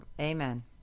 Amen